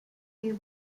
you